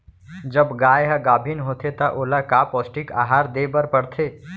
जब गाय ह गाभिन होथे त ओला का पौष्टिक आहार दे बर पढ़थे?